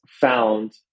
found